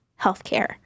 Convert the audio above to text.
healthcare